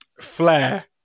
flair